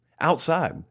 outside